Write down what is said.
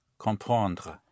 Comprendre